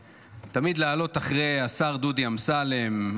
לעלות אחרי השר דודי אמסלם,